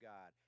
God